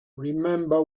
remember